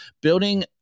building